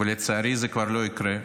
אבל לצערי זה כבר לא יקרה.